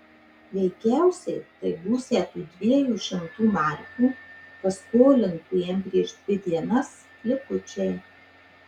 veikiausiai tai būsią tų dviejų šimtų markių paskolintų jam prieš dvi dienas likučiai